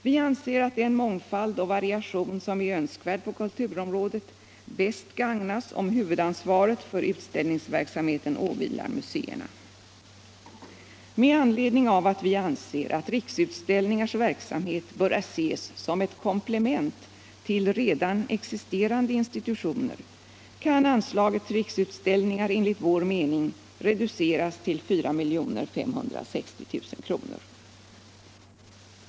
Vi anser att den mångfald och variation som är Önskvärd på kulturområdet bäst gagnas om :huvudansvaret för utställningsverksamheten åvilar museerna. Med anledning av att vi anser att Riksutställningars verksamhet bör ses som ett komplement till redan existerande institutioner kan anslaget till Riksutställningar enligt vår mening reduceras till 4 560 000 kr.